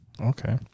Okay